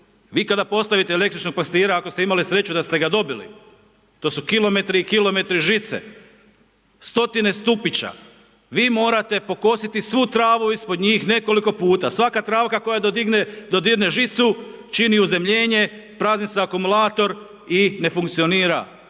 Vi kada postavite električnog pastira ako ste imali sreću da ste ga dobili, to su kilometri i kilometri žice. Stotine stupića, vi morate pokositi svu travu ispod njih nekoliko puta, svaka travka koja dodirne žicu čini uzemljenje, prazni se akumulator i ne funkcionira.